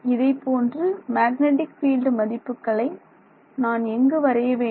இதை போன்று magnetic field மதிப்புகளை நான் எங்கு வரைய வேண்டும்